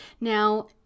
Now